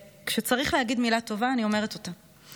כשצריך להגיד מילה טובה אני אומרת אותה,